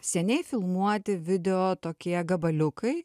seniai filmuoti video tokie gabaliukai